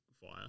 fire